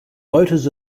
voters